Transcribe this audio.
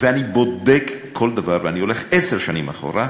ואני בודק כל דבר ואני הולך עשר שנים אחורה,